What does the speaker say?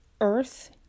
Earth